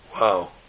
wow